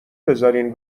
بذارین